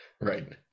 right